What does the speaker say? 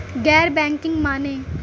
गैर बैंकिंग माने?